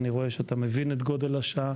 אני רואה שאתה מבין את גודל השעה